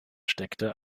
steckte